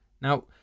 Now